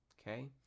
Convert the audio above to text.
okay